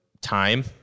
time